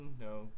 no